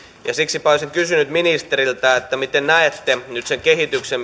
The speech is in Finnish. siksipä olisin kysynyt ministeriltä miten näette nyt sen kehityksen